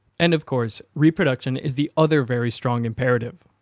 and of course reproduction is the other very strong imperative.